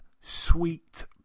Sweet